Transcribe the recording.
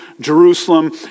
Jerusalem